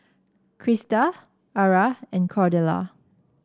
Crysta Ara and Cordella